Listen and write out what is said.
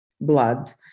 blood